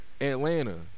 Atlanta